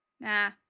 Nah